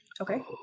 Okay